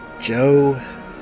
Joe